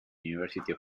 university